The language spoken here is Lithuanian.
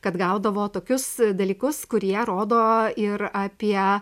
kad gaudavo tokius dalykus kurie rodo ir apie